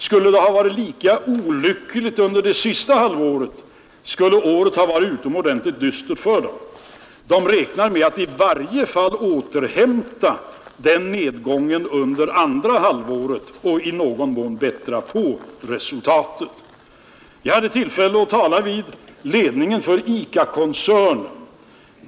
Skulle det ha varit lika olyckligt under det sista halvåret, hade året blivit dystert. Man räknar med att i varje fall återhämta den nedgången under andra halvåret och i någon mån bättra på resultatet. Jag har också haft tillfälle att tala med ledningen för ICA-koncernen.